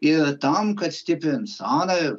ir tam kad stiprint sąnarius